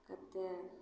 कतेक